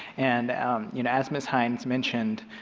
and um you know as ms. hynes mentioned,